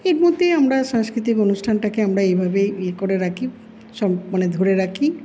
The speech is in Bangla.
এর মধ্যেই আমরা সাংস্কৃতিক অনুষ্ঠানটাকে আমরা এইভাবেই ইয়ে করে রাখি সব মানে ধরে রাখি